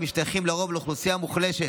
המשתייכים לרוב לאוכלוסייה מוחלשת,